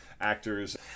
actors